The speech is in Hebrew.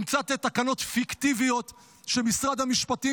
המצאת תקנות פיקטיביות שמשרד המשפטים